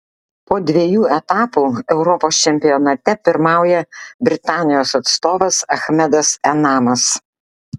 po dviejų etapų europos čempionate pirmauja britanijos atstovas achmedas enamas